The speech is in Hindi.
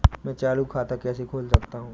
मैं चालू खाता कैसे खोल सकता हूँ?